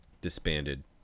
disbanded